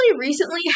recently